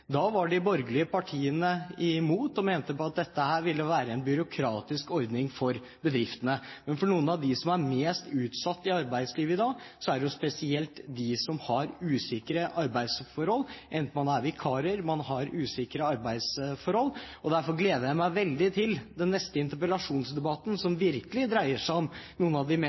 byråkratisk ordning for bedriftene. Men noen av dem som er mest utsatt i arbeidslivet i dag, er jo spesielt de som har usikre arbeidsforhold, enten man er vikarer eller har andre usikre arbeidsforhold. Derfor gleder jeg meg veldig til neste sak, interpellasjonsdebatten som virkelig dreier seg om noen av de mest